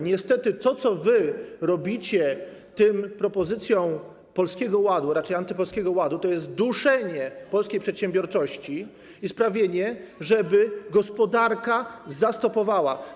Niestety, to, co wy robicie tą propozycją Polskiego Ładu, raczej antypolskiego ładu, jest duszeniem polskiej przedsiębiorczości i sprawieniem, żeby gospodarka zastopowała.